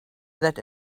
that